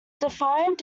defined